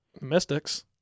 Mystics